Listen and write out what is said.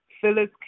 Phyllis